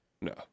No